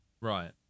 Right